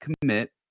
commit